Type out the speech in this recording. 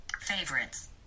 favorites